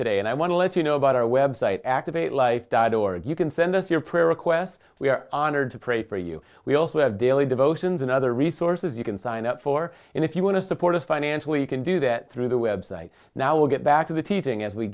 today and i want to let you know about our web site activate life died or you can send us your prayer requests we are honored to pray for you we also have daily devotions and other resources you can sign up for and if you want to support us financially you can do that through the website now we get back to the teaching as we